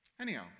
Anyhow